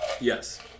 Yes